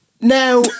Now